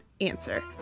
answer